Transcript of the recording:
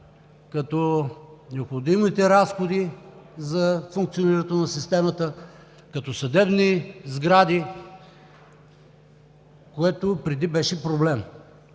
като необходимите разходи за функциониране на системата, като съдебни сгради, което преди беше проблем